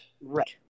Right